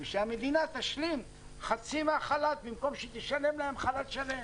ושהמדינה תשלים חצי מהחל"ת במקום שהיא תשלם להם חל"ת שלם.